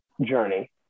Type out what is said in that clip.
journey